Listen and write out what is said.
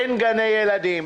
אין גני ילדים,